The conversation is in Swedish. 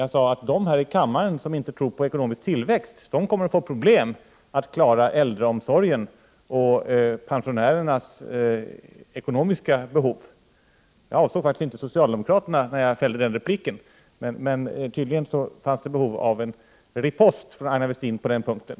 Jag sade att de här kammaren som inte tror på ekonomisk tillväxt kommer att få problem atj klara äldreomsorgen och pensionärernas ekonomiska behov. Jag avså faktiskt inte socialdemokraterna när jag fällde den repliken. Men tydlige: fanns behov av en ripost från Aina Westin på den punkten.